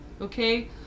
Okay